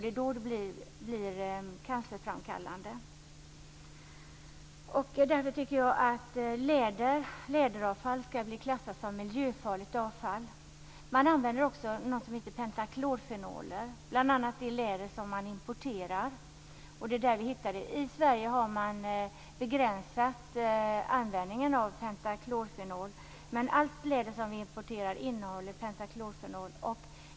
Det är då det blir cancerframkallande. Därför skall läderavfall klassas som miljöfarligt avfall. Man använder också något som kallas för pentaklorfenoler, bl.a. i det läder som importeras. I Sverige har användningen av pentaklorfenol begränsats. Men allt läder som importeras innehåller pentaklorfenol.